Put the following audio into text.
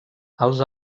els